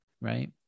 Right